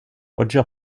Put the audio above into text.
roger